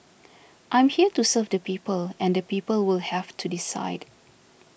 I'm here to serve the people and the people will have to decide